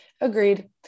Agreed